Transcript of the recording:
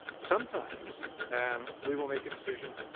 sometimes and we will make a decision